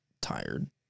tired